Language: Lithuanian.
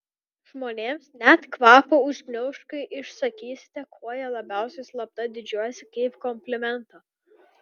žmonėms net kvapą užgniauš kai išsakysite kuo jie labiausiai slapta didžiuojasi kaip komplimentą